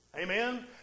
Amen